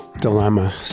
dilemma